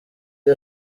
iyo